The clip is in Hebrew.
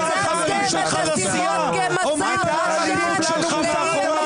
החברים שלך לסיעה מה הם אומרים על האלימות שלך מאחורי